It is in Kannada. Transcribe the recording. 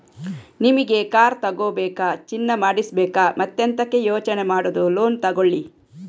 ನಿಮಿಗೆ ಕಾರ್ ತಗೋಬೇಕಾ, ಚಿನ್ನ ಮಾಡಿಸ್ಬೇಕಾ ಮತ್ತೆಂತಕೆ ಯೋಚನೆ ಮಾಡುದು ಲೋನ್ ತಗೊಳ್ಳಿ